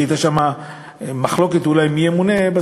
הייתה שם מחלוקת אולי מי ימונה,